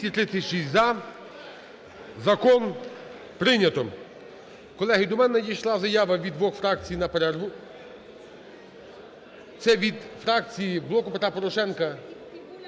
За-236 Закон прийнято. Колеги, до мене надійшла заява від двох фракцій на перерву. Це від фракції "Блоку Петра Порошенка"